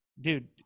dude